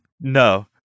No